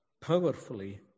powerfully